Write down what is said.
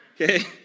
okay